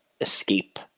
escape